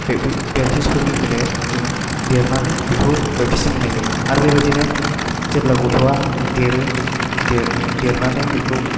Baptist फोरनि बेलायाव जोङो देरनानै बेखौ बापटिसिम होनाय जायाे आराे बेबादिनो जेब्ला गथ'वा देरो देरनानै बेखौ